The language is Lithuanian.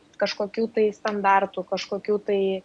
kažkokių tai standartų kažkokių tai